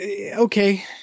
okay